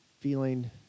feeling